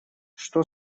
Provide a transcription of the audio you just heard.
что